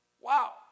Wow